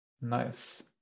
Nice